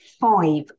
five